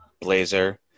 Blazer